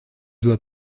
dois